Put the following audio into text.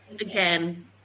again